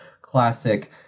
classic